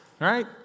right